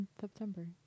september